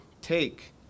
Take